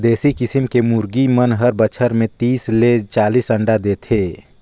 देसी किसम के मुरगी मन हर बच्छर में तीस ले चालीस अंडा देथे